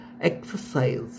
exercise